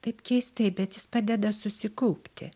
taip keistai bet jis padeda susikaupti